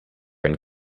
and